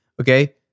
okay